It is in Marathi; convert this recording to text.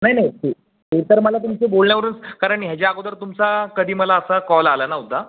नाही नाही ते ते तर मला तुमच्या बोलण्यावरूनच कारण ह्याच्या अगोदर तुमचा कधी मला असा कॉल आला नव्हता